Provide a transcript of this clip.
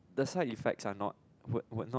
the side effects and not would would not